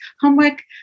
homework